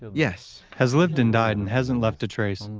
yes. has lived and died, and hasn't left a trace. and